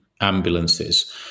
ambulances